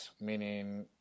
meaning